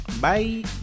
Bye